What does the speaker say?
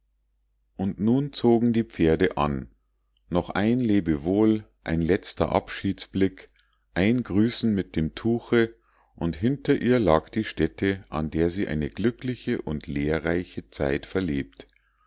und nun zogen die pferde an noch ein lebewohl ein letzter abschiedsblick ein grüßen mit dem tuche und hinter ihr lag die stätte an der sie eine glückliche und lehrreiche zeit verlebt